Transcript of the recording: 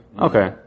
Okay